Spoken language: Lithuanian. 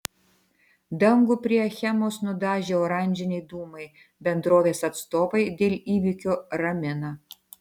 dangų prie achemos nudažė oranžiniai dūmai bendrovės atstovai dėl įvykio ramina